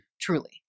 Truly